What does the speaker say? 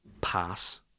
pass